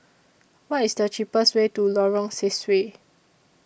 What IS The cheapest Way to Lorong Sesuai